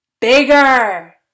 bigger